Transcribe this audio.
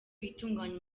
itunganya